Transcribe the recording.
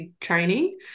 training